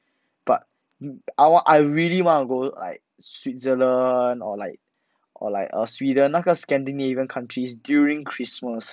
but I wa~ I really want to go like switzerland or like or like err sweden 那个 skating area country during christmas